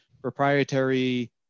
proprietary